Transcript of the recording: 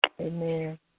Amen